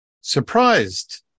surprised